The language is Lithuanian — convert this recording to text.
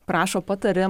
prašo patari